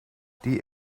die